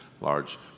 large